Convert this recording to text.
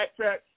backtrack